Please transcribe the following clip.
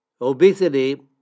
Obesity